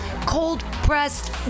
cold-pressed